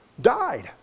died